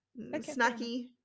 snacky